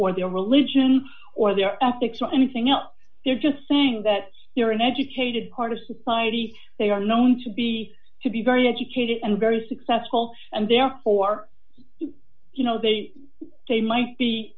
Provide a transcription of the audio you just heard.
for their religion or their ethics or anything else they're just saying that you're an educated part of society they are known to be to be very educated and very successful and therefore you know they they might